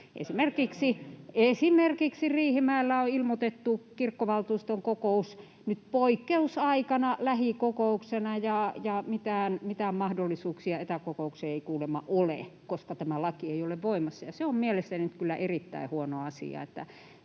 Esimerkiksi Riihimäellä on ilmoitettu kirkkovaltuuston kokous nyt poikkeusaikana lähikokouksena, ja mitään mahdollisuuksia etäkokoukseen ei kuulemma ole, koska tämä laki ei ole voimassa, ja se on mielestäni nyt kyllä erittäin huono asia.